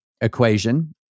Equation